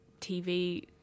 TV